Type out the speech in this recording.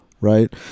Right